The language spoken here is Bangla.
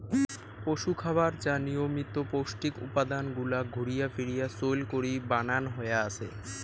পশুখাবার যা নিয়মিত পৌষ্টিক উপাদান গুলাক ঘুরিয়া ফিরিয়া চইল করি বানান হয়া আছে